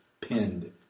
pinned